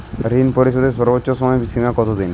ঋণ পরিশোধের সর্বোচ্চ সময় সীমা কত দিন?